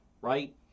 right